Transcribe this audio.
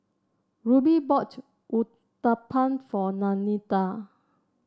Rubie bought Uthapam for Lanita